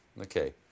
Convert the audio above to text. Okay